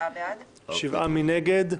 מי נגד?